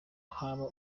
haba